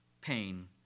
pain